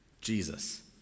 Jesus